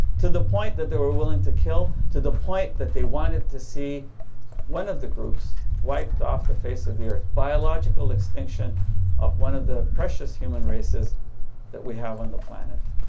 to the point that they were willing to kill. to the point that they wanted to see one of the groups wiped off the face of the earth. biological extinction of one of the precious human races that we have on the planet.